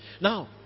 now